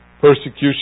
persecution